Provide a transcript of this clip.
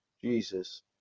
Jesus